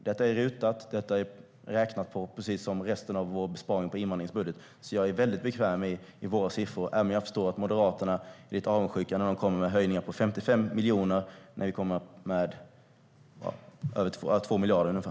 Detta är räknat på av RUT, precis som resten av vår besparing på invandringsbudgeten, så jag är väldigt bekväm med våra siffror - även om jag förstår att Moderaterna blir lite avundsjuka när de kommer med höjningar på 55 miljoner och vi med höjningar på ungefär 2 miljarder.